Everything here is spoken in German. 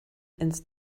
ins